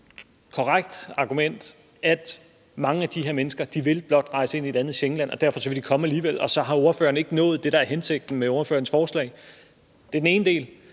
korrekt argument, at mange af de her mennesker blot vil rejse ind i et andet Schengenland og derfor vil komme alligevel? Og så har ordføreren ikke nået det, der var hensigten med ordførerens forslag. Det var den ene del.